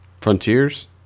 frontiers